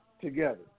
together